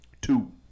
Two